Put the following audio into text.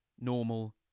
normal